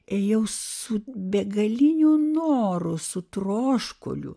ėjau su begaliniu noru su troškuliu